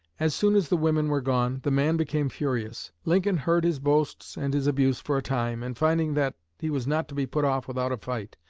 as soon as the women were gone the man became furious. lincoln heard his boasts and his abuse for a time, and finding that he was not to be put off without a fight,